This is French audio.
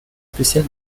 spécial